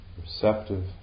Receptive